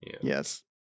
Yes